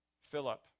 Philip